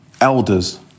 elders